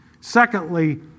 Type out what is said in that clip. Secondly